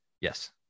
Yes